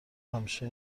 همیشه